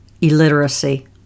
illiteracy